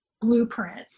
blueprint